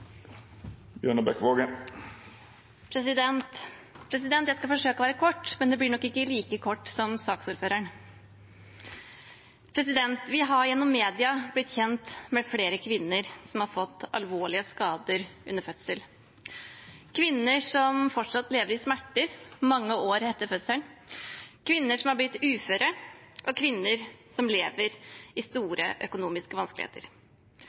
legge fram komiteens innstilling. Jeg skal forsøke å være kort, men det blir nok ikke like kort som innlegget til saksordføreren. Vi har gjennom media blitt kjent med flere kvinner som har fått alvorlige skader under fødsel – kvinner som fortsatt lever med smerter mange år etter fødselen, kvinner som har blitt uføre, og kvinner som lever i store økonomiske vanskeligheter.